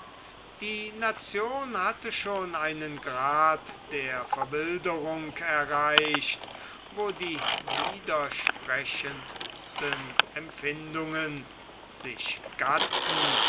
die nation hatte schon einen grad der verwilderung erreicht wo die widersprechendsten empfindungen sich gatten